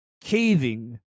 caving